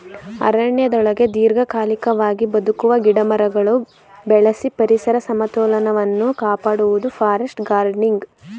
ಅರಣ್ಯದೊಳಗೆ ದೀರ್ಘಕಾಲಿಕವಾಗಿ ಬದುಕುವ ಗಿಡಮರಗಳು ಬೆಳೆಸಿ ಪರಿಸರ ಸಮತೋಲನವನ್ನು ಕಾಪಾಡುವುದು ಫಾರೆಸ್ಟ್ ಗಾರ್ಡನಿಂಗ್